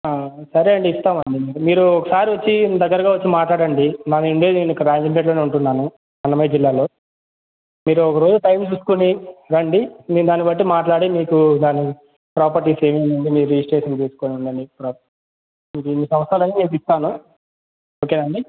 సరే అండి ఇస్తామండి మీరు ఒకసారి వచ్చి దగ్గరగా వచ్చి మాట్లాడండి నా ఇల్లు ఇక్కడే నేను రాజంపేట్లోనే ఉంటున్నాము అన్నమయ జిల్లాలో మీరు ఒక రోజు టైం చూసుకుని రండి మేము దాన్ని బట్టి మాట్లాడి మీకు దాన్ని ప్రాపర్టీ ఏదైనా ఉంటె మీ రిజిస్ట్రేషన్ చేసుకుని ఉండండి మీ పట్టాలు చేసి ఇస్తాను ఓకేనాండి